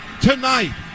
tonight